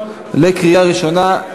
קריאה טרומית.